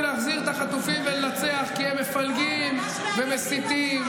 להחזיר את החטופים ולנצח כי הם מפלגים ומסיתים,